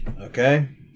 Okay